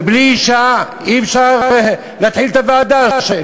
ובלי אישה אי-אפשר להתחיל את הוועדה.